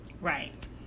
Right